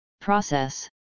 process